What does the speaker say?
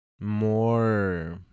more